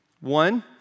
One